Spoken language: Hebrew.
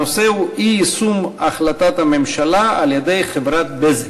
הנושא הוא: אי-יישום החלטת הממשלה על-ידי חברת "בזק".